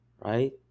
right